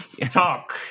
Talk